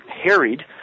harried